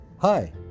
Hi